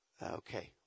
Okay